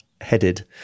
headed